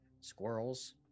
squirrels